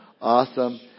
awesome